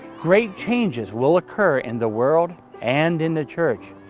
great changes will occur in the world and in the church.